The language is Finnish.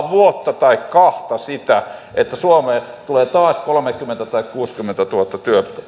vuotta tai kahta sitä että suomeen tulee taas kolmekymmentätuhatta tai kuusikymmentätuhatta